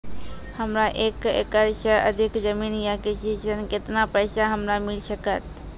हमरा एक एकरऽ सऽ अधिक जमीन या कृषि ऋण केतना पैसा हमरा मिल सकत?